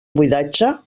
buidatge